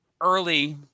early